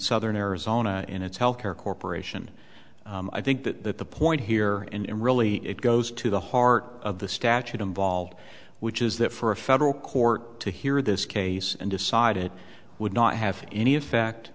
southern arizona and it's health care corporation i think that the point here and really it goes to the heart of the statute involved which is that for a federal court to hear this case and decide it would not have any effect